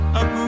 up